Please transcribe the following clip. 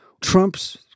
Trump's